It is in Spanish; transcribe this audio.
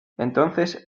entonces